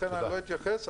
לכן אני לא אתייחס,